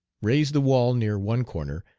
raised the wall near one corner,